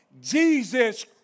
Jesus